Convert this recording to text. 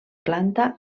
planta